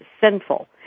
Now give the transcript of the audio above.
sinful